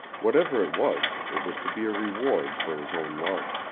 whatever it was, it was to be a reward for his own love.